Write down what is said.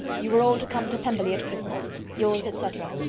you are all to come to pemberley at christmas. yours, etc.